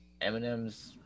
eminems